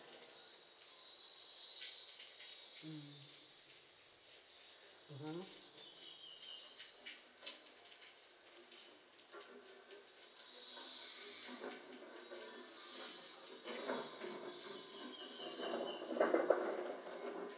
mm mmhmm